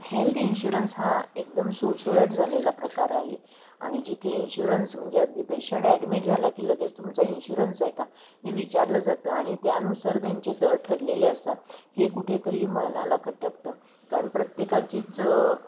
health insurance हा एकदम सुळसुळाट झालेला प्रकार आहे आणि जिथे इन्श्युरन्स म्हणजे अगदी पेशंट ॲडमिट झाला की लगेच तुमचा इन्श्युरन्स आहे का हे विचारलं जातं आणि त्यानुसार त्यांचे दर ठरलेले असतात हे कुठेतरी मनाला खटकतं कारण प्रत्येकाचीच